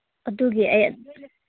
ꯑꯗꯨꯒꯤ ꯑꯩ